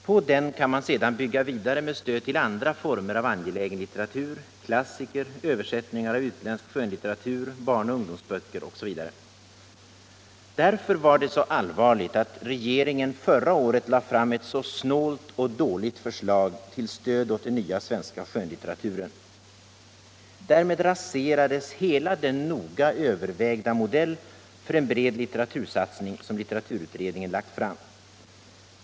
På denna kan man sedan bygga vidare med stöd till andra former av angelägen litteratur: klassiker, översättningar av utländsk skönlitteratur, barn och ungdomsböcker etc. Därför var det allvarligt att regeringen förra året lade fram ett så snålt och dåligt förslag till stöd åt den nya svenska skönlitteraturen. Därmed raserades hela den noga övervägda modell för en bred litteratursatsning som litteraturutredningen lagt fram.